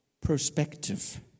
prospective